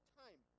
time